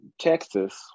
Texas